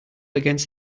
against